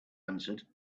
answered